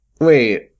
Wait